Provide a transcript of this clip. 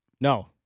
No